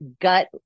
gut